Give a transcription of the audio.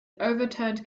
overturned